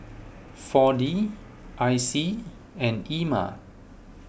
four D I C and Ema